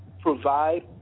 provide